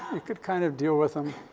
you could kind of deal with them,